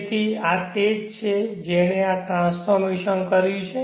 તેથી આ તે છે જેણે આ ટ્રાન્સફોર્મશન કર્યું છે